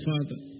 Father